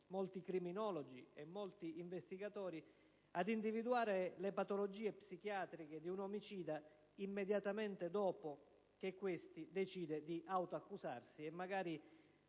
criminologi e investigatori ad individuare le patologie psichiatriche di un omicida immediatamente dopo che questi decide di autoaccusarsi, salvo